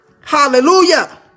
Hallelujah